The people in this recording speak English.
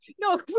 no